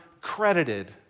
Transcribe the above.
credited